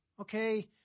Okay